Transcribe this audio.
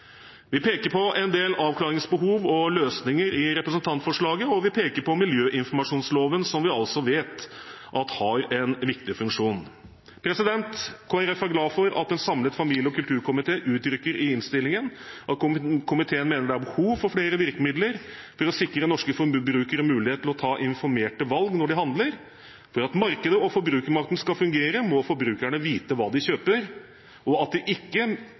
Vi peker på en del avklaringsbehov og løsninger i representantforslaget, og vi peker på miljøinformasjonsloven, som vi altså vet har en viktig funksjon. Kristelig Folkeparti er glad for at en samlet familie- og kulturkomité i innstillingen uttrykker at komiteen mener det er behov for flere virkemidler for å sikre norske forbrukere mulighet til å ta informerte valg når de handler. For at markedet og forbrukermakten skal fungere, må forbrukerne vite hva de kjøper, og at de ikke